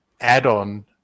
add-on